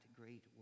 great